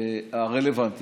איילת,